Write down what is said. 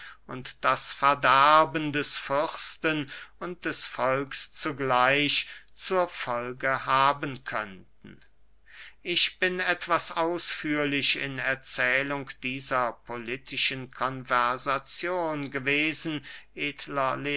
und das verderben des fürsten und des volks zugleich zur folge haben könnten ich bin etwas ausführlich in erzählung dieser politischen konversazion gewesen